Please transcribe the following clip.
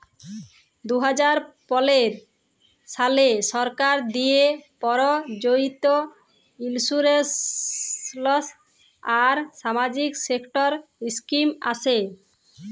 দু হাজার পলের সালে সরকার দিঁয়ে পরযোজিত ইলসুরেলস আর সামাজিক সেক্টর ইস্কিম আসে